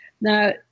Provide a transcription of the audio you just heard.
Now